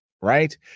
Right